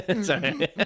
Sorry